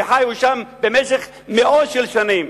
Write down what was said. וחיו שם במשך מאות שנים.